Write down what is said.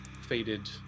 faded